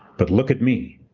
but look at me.